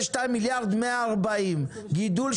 אבהיר את ההערה שלי: כשאומרים "רפורמה" מגבים זאת בתקציב.